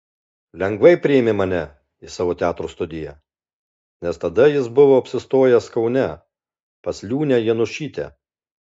lengvai priėmė mane į savo teatro studiją nes tada jis buvo apsistojęs kaune pas liūnę janušytę